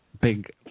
big